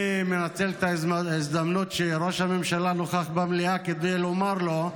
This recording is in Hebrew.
אני מנצל את ההזדמנות שראש הממשלה נוכח במליאה כדי לומר לו: